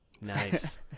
nice